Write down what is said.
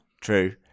True